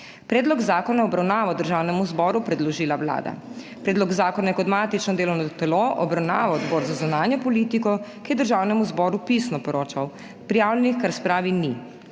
Predlog zakona je v obravnavo Državnemu zboru predložila Vlada. Predlog zakona je kot matično delovno telo obravnaval Odbor za zunanjo politiko, ki je Državnemu zboru pisno poročal. Prijavljenih k razpravi ni.